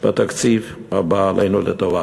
בתקציב הבא עלינו לטובה.